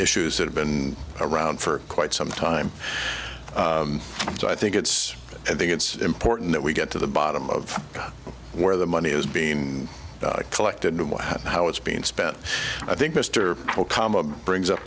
issues that have been around for quite some time so i think it's i think it's important that we get to the bottom of where the money is being collected how it's being spent i think mr okama brings up